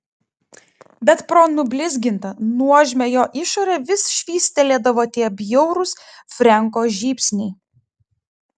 bet pro nublizgintą nuožmią jo išorę vis švystelėdavo tie bjaurūs frenko žybsniai